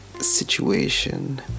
situation